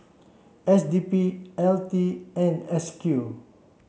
S D P L T and S Q